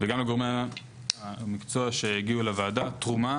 וגם לגורמי המקצוע שהגיעו אל הוועדה, הייתה תרומה